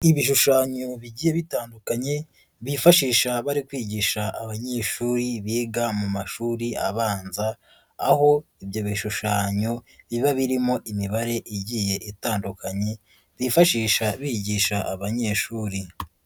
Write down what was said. Ibishushanyo bigiye bitandukanye, bifashisha bari kwigisha abanyeshuri biga mu mashuri abanza, aho ibyo bishushanyo biba birimo imibare igiye itandukanye, bifashisha bigisha abanyeshuri.